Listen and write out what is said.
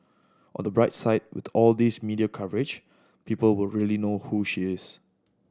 on the bright side with all these media coverage people will really know who she is